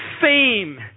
fame